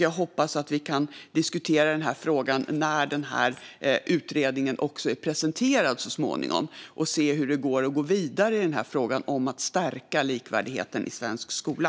Jag hoppas att vi kan diskutera frågan när utredningen så småningom presenteras för att se hur vi kan gå vidare i frågan om att stärka likvärdigheten i svensk skola.